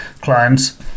clients